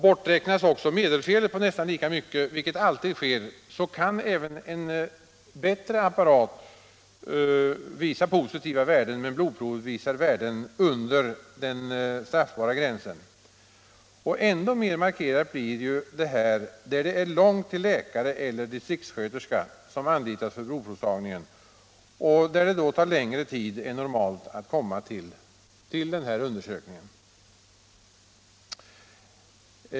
Borträknas också medelfelet på nästan lika mycket — vilket alltid sker — så kan även en bättre apparat visa positiva värden medan blodprovet visar värden under den 89 straffbara gränsen. Ännu mer markerat blir detta där det är långt till läkare eller distriktssköterska som anlitas för blodprovstagningen — och där det tar längre tid än normalt att komma till undersökningen.